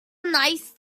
nice